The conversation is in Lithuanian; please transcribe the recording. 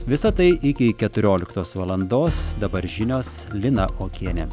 visa tai iki keturioliktos valandos dabar žinios lina okienė